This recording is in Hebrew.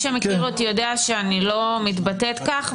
ומי שמכיר אותי יודע שאני לא מתבטאת כך,